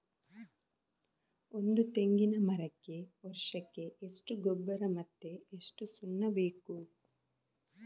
ಒಂದು ತೆಂಗಿನ ಮರಕ್ಕೆ ವರ್ಷಕ್ಕೆ ಎಷ್ಟು ಗೊಬ್ಬರ ಮತ್ತೆ ಎಷ್ಟು ಸುಣ್ಣ ಬೇಕು?